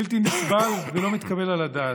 הם בלתי נסבלים ולא מתקבלים על הדעת.